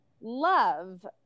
love